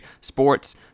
sports